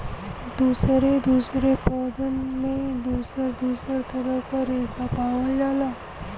दुसरे दुसरे पौधन में दुसर दुसर तरह के रेसा पावल जाला